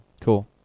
Cool